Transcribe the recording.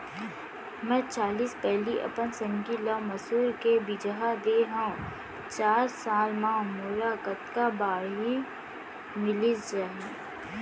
मैं चालीस पैली अपन संगी ल मसूर के बीजहा दे हव चार साल म मोला कतका बाड़ही मिलिस जाही?